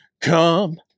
come